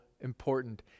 important